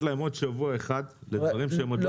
להם שבוע אחד לדברים שהם עוד לא החליפו?